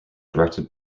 directed